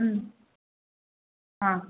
ம் ஆ